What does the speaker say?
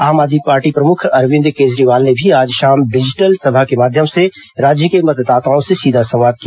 आम आदमी पार्टी प्रमुख अरविंद केजरीवाल ने भी आज शाम डिजिटल सभा के माध्यम से राज्य के मतदाताओं से सीधा संवाद किया